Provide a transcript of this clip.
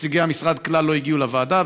נציגי המשרד כלל לא הגיעו לוועדה,